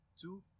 Two